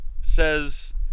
says